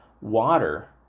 water